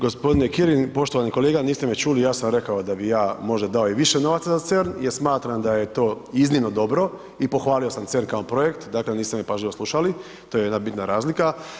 Gospodin Kirin, poštovani kolega niste me čuli, ja sam rekao da bi ja možda dao i više novaca za CERN jer smatram da je to iznimno dobro i pohvalio sam CERN kao projekt, dakle niste me pažljivo slušali, to je jedna bitna razlika.